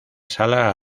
sala